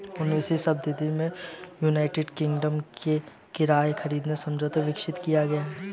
उन्नीसवीं शताब्दी में यूनाइटेड किंगडम में किराया खरीद समझौता विकसित किया गया था